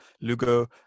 Lugo